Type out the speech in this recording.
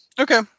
Okay